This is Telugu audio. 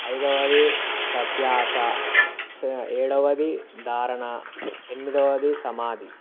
ఐదవది ప్రత్యాశ ఏడవది ధారణ ఎనిమిదవది సమాధి